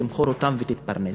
תמכור אותם ותתפרנס.